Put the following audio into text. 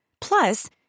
Plus